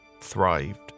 thrived